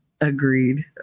Agreed